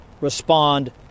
respond